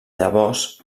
llavors